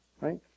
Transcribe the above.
Right